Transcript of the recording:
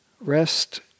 rest